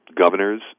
Governors